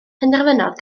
penderfynodd